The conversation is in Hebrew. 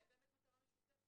אולי באמת מטרה משותפת.